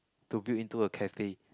to build into a cafe